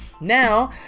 Now